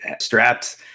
strapped